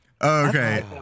Okay